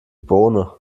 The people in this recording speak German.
bohne